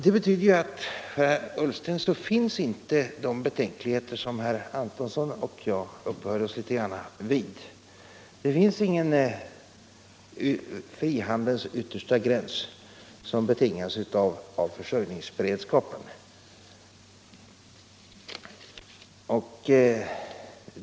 Det betyder att för herr Ullsten finns inte de betänkligheter som herr Antonsson och jag uppehöll oss något vid. Det finns ingen frihandelns yttersta gräns som betingas av försörjningsberedskapen.